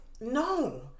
no